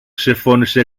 ξεφώνισε